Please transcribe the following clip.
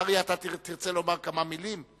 אריה, אתה תרצה לומר כמה מלים?